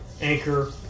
Anchor